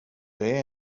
det